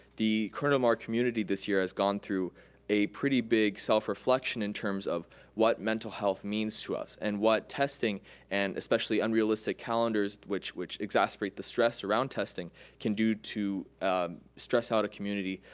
the corona del mar community this year has gone through a pretty big self reflection in terms of what mental health means to us and what testing and especially unrealistic calendars, which which exasperate the stress around testing can do to stress out a community,